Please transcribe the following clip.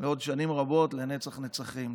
עוד שנים רבות, לנצח נצחים.